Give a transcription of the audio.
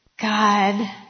God